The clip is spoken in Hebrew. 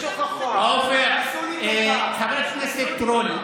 מי נמצא פה כל היום?